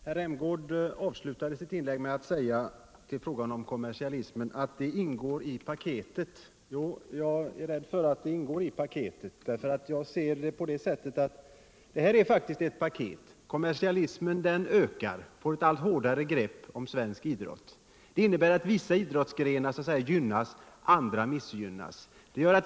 Herr talman! Rolf Rämgård avslutade sitt inlägg med att säga att frågan om kommersialismen ingår i paketet. Jag är rädd för att den gör det. Jag ser det så att detta faktiskt är ett paket. Kommersialismen ökar och får ett allt hårdare grepp om svensk idrott. Det innebär att vissa idrottsgrenar gynnas, andra missgynnas.